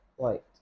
right